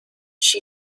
she